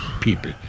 people